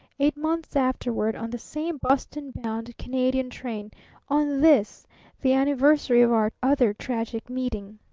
eight months afterward on the same boston-bound canadian train on this the anniversary of our other tragic meeting.